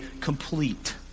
complete